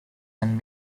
and